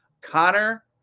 Connor